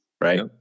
right